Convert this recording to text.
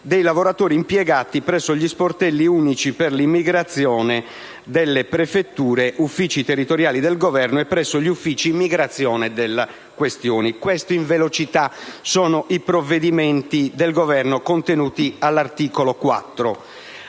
dei lavoratori impiegati presso gli Sportelli unici per l'immigrazione delle prefetture, Uffici territoriali del Governo, e presso gli Uffici immigrazione delle questure. Queste sono, in sintesi, le misure del Governo contenute all'articolo 4.